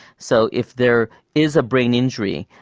so if there is a brain injury,